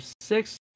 six